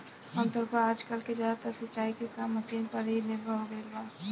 आमतौर पर आजकल के ज्यादातर सिंचाई के काम मशीन पर ही निर्भर हो गईल बा